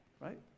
right